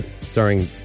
starring